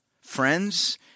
friends